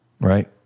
right